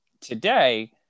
today